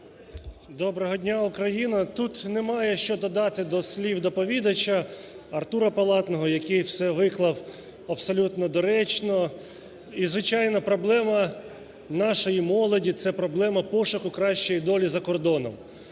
Доброго дня, Україно! Тут немає що додати до слів доповідача, Артура Палатного, який все виклав абсолютно доречно. І, звичайно, проблема нашої молоді – це проблема пошуку кращої долі за кордоном.